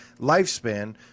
lifespan